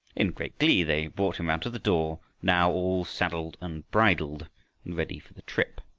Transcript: in great glee they brought him round to the door now, all saddled and bridled and ready for the trip.